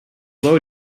low